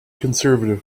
conservative